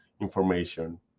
information